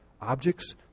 Objects